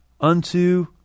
unto